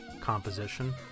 composition